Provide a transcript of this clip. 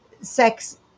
sex